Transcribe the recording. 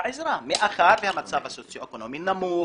לעזרה מאחר והמצב הסוציו אקונומי נמוך.